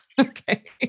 Okay